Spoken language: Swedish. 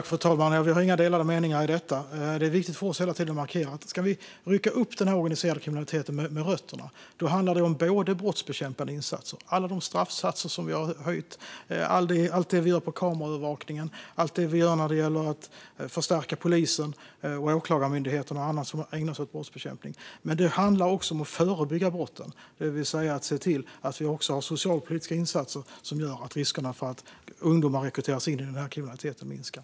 Fru talman! Vi har inga delade meningar i detta. Det är viktigt för oss att hela tiden markera att om vi ska rycka upp den organiserade kriminaliteten med rötterna handlar det både om brottsbekämpande insatser - som alla de straffsatser vi har höjt, allt det vi gör när det gäller kameraövervakning och allt det vi gör när det gäller att förstärka polisen, Åklagarmyndigheten och andra som ägnar sig åt brottsbekämpning - och om att förebygga brotten, det vill säga om att se till att vi också har socialpolitiska insatser som gör att riskerna för att ungdomar rekryteras in i denna kriminalitet minskar.